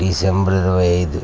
December ఇరవై ఐదు